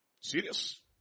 Serious